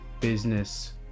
business